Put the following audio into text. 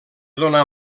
donà